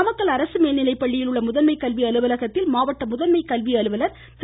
நாமக்கல் அரசு மேல்நிலைப்பள்ளியில் உள்ள முதன்மை கல்வி அலுவலகத்தில் மாவட்ட முதன்மை கல்வி அலுவலர் திரு